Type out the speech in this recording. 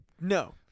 No